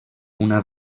una